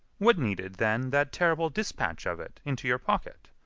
what needed, then, that terrible dispatch of it into your pocket?